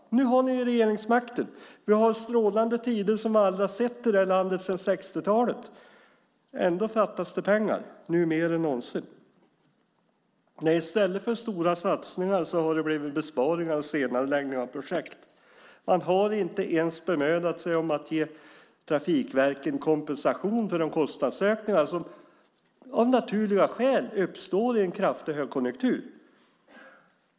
Nu har ni ju regeringsmakten. Vi har strålande tider som vi inte har sett maken till sedan 60-talet i det här landet. Ändå fattas det pengar - nu mer än någonsin. I stället för stora satsningar har det blivit besparingar och senareläggningar av projekt. Man har inte ens bemödat sig om att ge trafikverken kompensation för de kostnadsökningar som av naturliga skäl uppstår i en kraftig högkonjunktur.